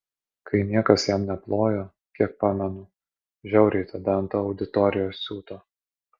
kai niekas jam neplojo kiek pamenu žiauriai tada ant auditorijos siuto